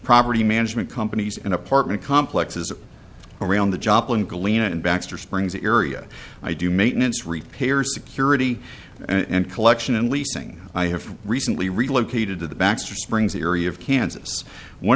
property management companies and apartment complexes around the joplin galena and baxter springs area i do maintenance repairs security and collection and leasing i have recently relocated to the baxter springs area of kansas one